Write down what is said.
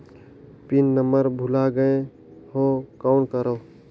Pin number भुला गयें हो कौन करव?